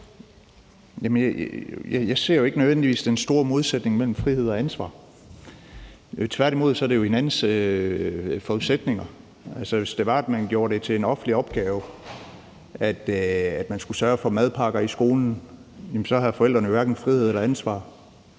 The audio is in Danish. Jeg ser jo ikke nødvendigvis den store modsætning mellem frihed og ansvar. Tværtimod er det hinandens forudsætninger. Hvis man gjorde det til en offentlig opgave, at man skulle sørge for madpakker i skolen, havde forældrene hverken frihed eller ansvar.